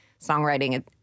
songwriting